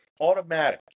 automatic